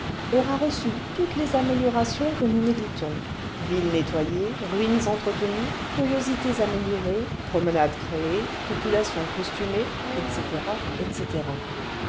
aura reçu toutes les améliorations que nous méditons villes nettoyées ruines entretenues curiosités améliorées promenades créées populations costumées etc etc